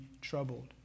troubled